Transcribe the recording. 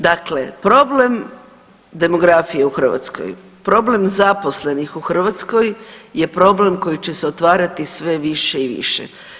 Dakle, problem demografije u Hrvatskoj, problem zaposlenih u Hrvatskoj je problem koji će se otvarati sve više i više.